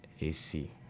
AC